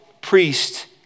priest